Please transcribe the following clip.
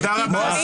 תודה רבה.